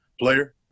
player